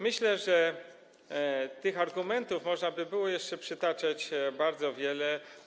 Myślę, że tych argumentów można by było jeszcze przytaczać bardzo wiele.